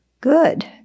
Good